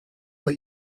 but